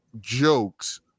jokes